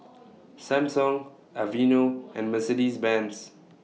Samsung Aveeno and Mercedes Benz